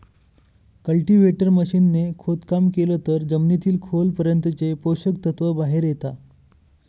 cultivator machine ने खोदकाम केलं तर जमिनीतील खोल पर्यंतचे पोषक तत्व बाहेर येता